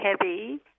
heavy